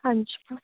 ਹਾਂਜੀ